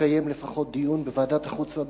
ותקיים לפחות דיון בוועדת החוץ והביטחון.